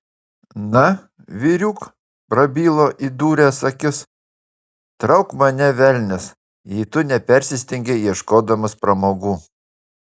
na vyriuk prabilo įdūręs akis trauk mane velnias jei tu nepersistengei ieškodamas pramogų